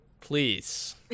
Please